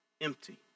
empty